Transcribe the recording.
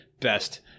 best